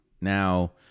now